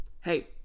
hey